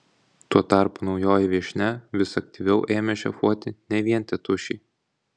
tuo tarpu naujoji viešnia vis aktyviau ėmė šefuoti ne vien tėtušį